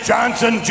Johnson